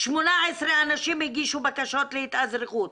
18 אנשים הגישו בקשות להתאזרחות.